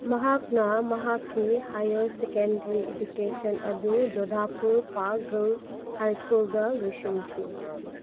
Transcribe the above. ꯃꯍꯥꯛꯅ ꯃꯍꯥꯛꯀꯤ higher secondary education ꯑꯗꯨ ꯖꯣꯗꯥꯄꯨꯔ ꯄꯥꯛ ꯒꯥꯔꯜꯁ ꯍꯥꯏ ꯁ꯭ꯀꯨꯜꯗ ꯂꯣꯏꯁꯤꯟꯈꯤ